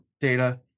data